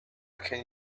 can